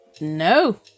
No